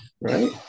right